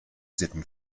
sitten